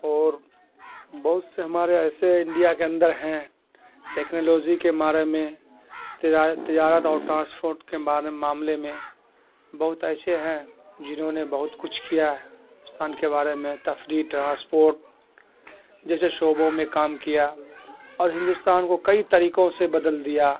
اور بہت سے ہمارے ایسے انڈیا کے اندر ہیں ٹیکنالوزی کے بارے میں تجارت تجارت اور ٹرانسفورٹ کے بارے معاملے میں بہت ایسے ہیں جنہوں نے بہت کچھ کیا ہندوستان کے بارے میں تفریح ٹرانسپورٹ جیسے شعبوں میں کام کیا اور ہندوستان کو کئی طریقوں سے بدل دیا